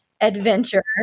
adventure